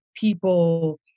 people